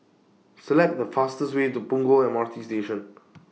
Select The fastest Way to Punggol M R T Station